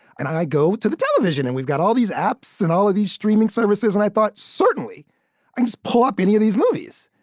and i go to the television. and we've got all these apps and all of these streaming services, and i thought certainly i can just pull up any of these movies.